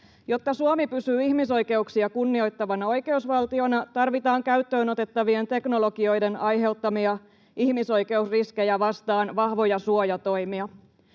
Jotta Suomi pysyy ihmisoikeuksia kunnioittavana oikeusvaltiona, tarvitaan käyttöön otettavien teknologioiden aiheuttamia ihmisoikeusriskejä vastaan vahvoja suojatoimia.